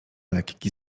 lekki